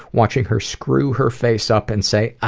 watching her screw her face up and say, ah!